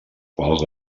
quals